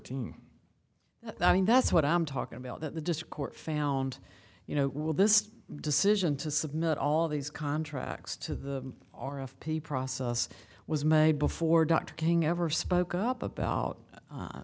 fourteen i mean that's what i'm talking about that the disc court found you know will this decision to submit all these contracts to the r f p process was made before dr king ever spoke up about